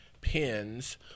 pins